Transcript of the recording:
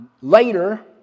later